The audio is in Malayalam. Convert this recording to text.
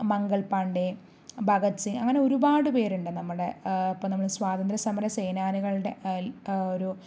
മംഗൾ പാണ്ടേ ഭഗത് സിങ് അങ്ങനെ ഒരുപാട് പേരുണ്ട് നമ്മുടെ ഇപ്പോൾ നമ്മുടെ സ്വാതന്ത്ര്യ സമര സേനാനികളുടെ ആ ഒരു